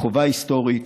חובה היסטורית.